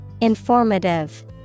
Informative